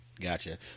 Gotcha